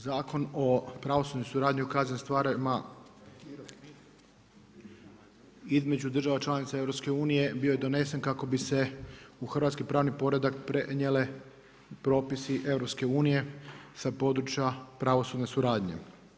Zakon o pravosudnoj suradnji u kaznenim stvarima između država članica EU bio je donesen kako bi se u hrvatski pravni poredak prenijele propisi EU sa područja pravosudne suradnje.